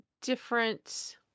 different